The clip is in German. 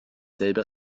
selbe